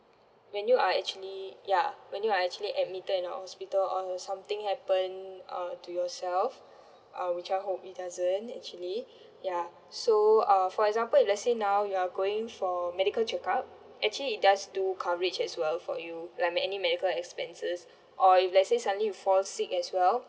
when you are actually ya when you are actually admitted in our hospital or has something happened uh to yourself uh which I hope it doesn't actually ya so uh for example if let's say now you are going for medical check up actually it does do coverage as well for you like med~ any medical expenses or if let's say suddenly you fall sick as well